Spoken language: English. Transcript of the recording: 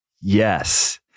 yes